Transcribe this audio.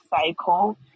cycle